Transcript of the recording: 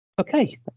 Okay